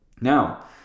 Now